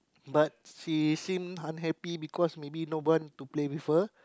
but she seem unhappy because maybe no one to play with her